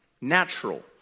natural